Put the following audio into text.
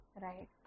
Right